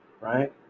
right